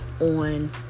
on